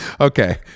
okay